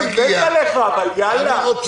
אני מבינה שעל כך אין מחלוקת.